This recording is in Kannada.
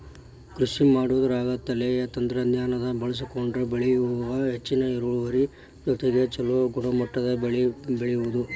ಕೃಷಿಮಾಡೋದ್ರಾಗ ತಳೇಯ ತಂತ್ರಜ್ಞಾನ ಬಳಸ್ಕೊಂಡ್ರ ಬೆಳಿಯೊಳಗ ಹೆಚ್ಚಿನ ಇಳುವರಿ ಜೊತೆಗೆ ಚೊಲೋ ಗುಣಮಟ್ಟದ ಬೆಳಿ ಬೆಳಿಬೊದು